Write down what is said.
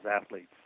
athletes